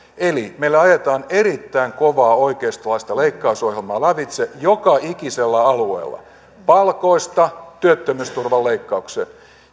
eli meillä ajetaan erittäin kovaa oikeistolaista leikkausohjelmaa lävitse joka ikisellä alueella palkoista työttömyysturvan leikkaukseen